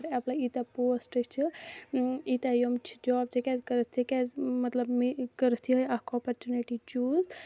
apply یِیتیٚہ پوسٹے چھِ یِیتیٚہ یِم چھِ جابٕس ژےٚ کیازِ کٔرِتھ ژےٚ کیازِ مطلب مےٚ کٔرٕتھ یِہے اکھ اپَرچُونِٹی چوٗز